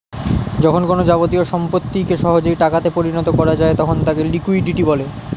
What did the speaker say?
যখন কোনো যাবতীয় সম্পত্তিকে সহজেই টাকা তে পরিণত করা যায় তখন তাকে লিকুইডিটি বলে